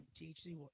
thc